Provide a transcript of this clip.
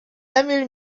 emil